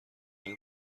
اپل